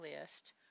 list